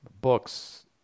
books